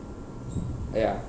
ya